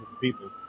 people